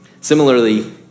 Similarly